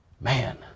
Man